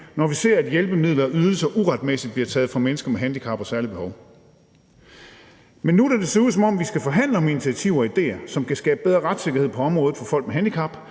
når vi ser, at hjælpemidler og ydelser uretmæssigt bliver taget fra mennesker med handicap og særlige behov. Men nu, hvor det ser ud som om vi skal forhandle om initiativer og idéer, som kan skabe bedre retssikkerhed på området for folk med handicap,